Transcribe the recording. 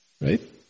right